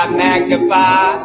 magnify